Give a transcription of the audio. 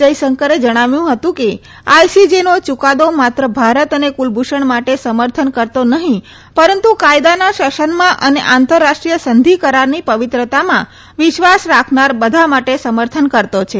જયશંકરે જણાવ્યું હતું કે આઈસીજેનો યૂકાદો માત્ર ભારત અને કુલભૂષણ માટે સમર્થન કરતો નહીં પરંતુ કાયદાના શાસનમાં અને આંતરરાષ્ટ્રીય સંધિ કરારની પવિત્રતામાં વિશ્વાસ રાખનાર બધા માટે સમર્થન કરતો છે